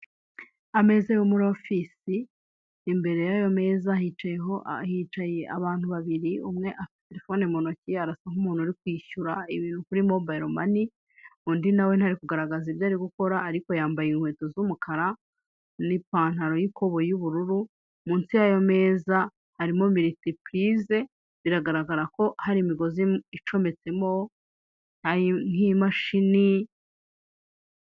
Ameza yo muri ofisi, imbere y'ayo meza hicaye abantu babiri, umwe afite terefone mu ntoki arasa nk'umuntu uri kwishyura ibintu kuri mobayiro mani, undi na we ntari kugaragaza ibyo ari gukora ariko yambaye inkweto z'umukara, n'ipantaro y'ikoboyi y'ubururu. Munsi y'ayo meza harimo miritipurize biragaragara ko hari imigozi icometsemo nk'imashini